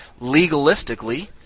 legalistically